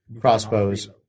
crossbows